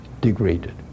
degraded